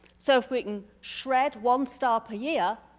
so if we can shred one star per year,